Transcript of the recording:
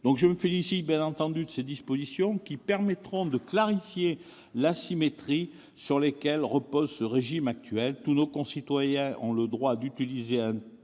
DAE. Je me félicite bien entendu de ces dispositions, qui permettront de clarifier l'asymétrie sur laquelle repose le régime actuel : tous nos concitoyens ont le droit d'utiliser un